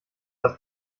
das